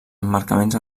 emmarcaments